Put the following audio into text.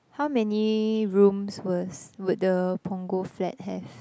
how many rooms was would the Punggol flat have